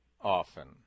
often